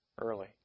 early